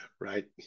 Right